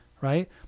Right